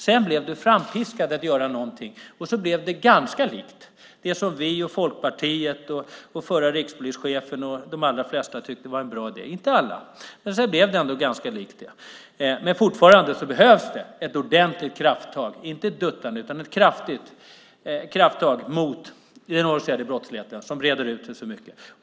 Sedan blev det frampiskat att göra någonting. Det blev ganska likt det som vi, Folkpartiet, förre rikspolischefen och de allra flesta - inte alla - tyckte var en bra idé. Men fortfarande behövs det ett ordentligt krafttag, inte ett duttande, mot den organiserade brottsligheten som nu breder ut sig så mycket.